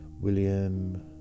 William